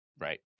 Right